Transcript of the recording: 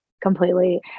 completely